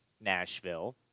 Nashville